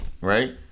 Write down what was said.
right